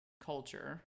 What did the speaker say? culture